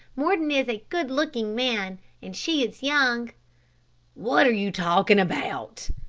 mordon is a good-looking man and she is young what are you talking about?